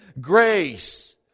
Grace